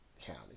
County